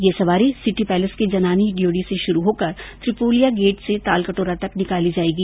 ये सवारी सिटी पैसेल के जनानी ड्योडी से शुरू होकर त्रिपोलिया गेट से ताल कटोरा तक निकाली जायेगी